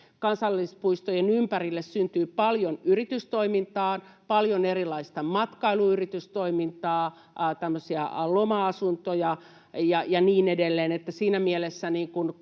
Kansallispuistojen ympärille syntyy paljon yritystoimintaa, paljon erilaista matkailuyritystoimintaa, tämmöisiä loma-asuntoja ja niin edelleen. Siinä mielessä kansallispuistojen